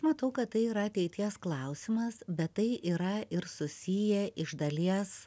matau kad tai yra ateities klausimas bet tai yra ir susiję iš dalies